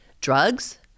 drugs